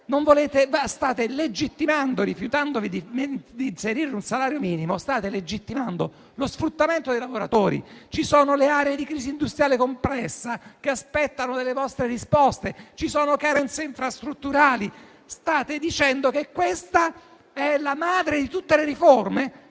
del lavoro; rifiutandovi di inserire un salario minimo, state legittimando lo sfruttamento dei lavoratori; ci sono aree di crisi industriale complessa che aspettano le vostre risposte; ci sono carenze infrastrutturali. State dicendo che questa è la madre di tutte le riforme,